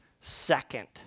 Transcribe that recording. second